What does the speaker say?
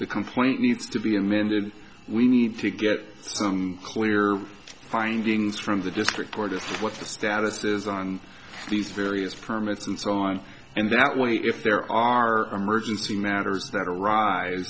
the complaint needs to be amended we need to get some clear findings from the district court of what the status is on these various permits and so on and that when we if there are emergency matters that arise